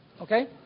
Okay